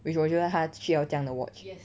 which 我觉得他需要这样的 watch